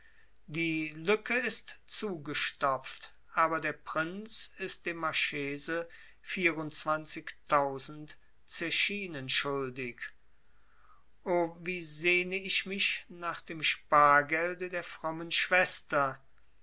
die lücke ist zugestopft aber der prinz ist dem marchese zechinen schuldig o wie sehne ich mich nach dem spargelde der frommen schwester